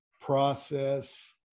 process